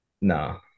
No